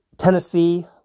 Tennessee